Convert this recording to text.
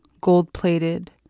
gold-plated